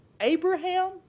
Abraham